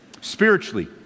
spiritually